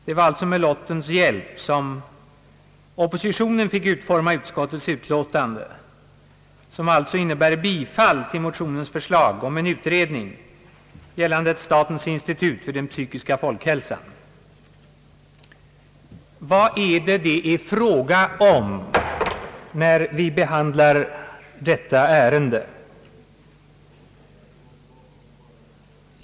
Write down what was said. Det var alltså med lottens hjälp som oppositionen fick utforma utskottets utlåtande, som alltså innebär ett bifall till motionernas förslag om utredning gällande inrättande av ett statens institut för den psykiska folkhälsan. Vad är det då som behandlas i utskottsutlåtandet?